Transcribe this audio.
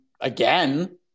again